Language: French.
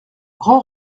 grand